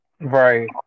Right